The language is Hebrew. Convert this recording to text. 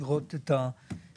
לראות את הפתרונות.